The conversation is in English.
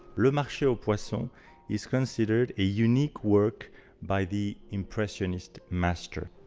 le marche aux poissons is considered a unique work by the impressionist master.